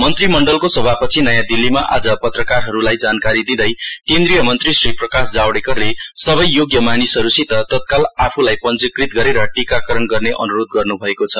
मन्त्रीमण्डलको सभापछि नयाँ दिल्लीमा आज पत्रकारहरूलाई जानकारी दिँदै केन्द्रिय मन्त्री श्री प्रकाश जावड़ेकरले सबै योग्य मानिसहरूसित तत्काल आफूलाई पञ्जीकृत गरेर टीकाकरण गर्ने अन्रोध गर्नुभएको छ